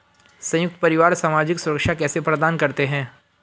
संयुक्त परिवार सामाजिक सुरक्षा कैसे प्रदान करते हैं?